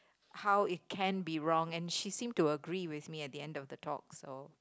how it can be wrong and she seem to agree with me at the end of the talk so